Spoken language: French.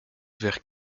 vers